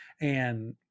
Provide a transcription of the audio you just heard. and-